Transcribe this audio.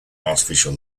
artificial